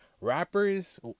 rappers